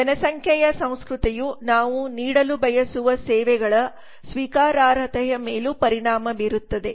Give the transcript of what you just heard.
ಜನಸಂಖ್ಯೆಯ ಸಂಸ್ಕೃತಿಯು ನಾವು ನೀಡಲು ಬಯಸುವ ಸೇವೆಗಳ ಸ್ವೀಕಾರಾರ್ಹತೆಯ ಮೇಲೂ ಪರಿಣಾಮ ಬೀರುತ್ತದೆ